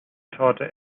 torte